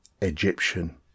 egyptian